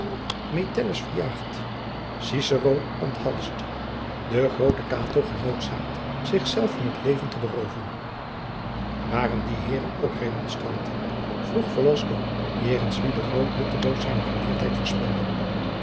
verjaagd cicero onthalsd de groote cato genoodzaakt zichzelf van het leven te berooven waren die heeren ook remonstranten vroeg velasco jegens wien de groot nutteloos zijne geleerdheid verspilde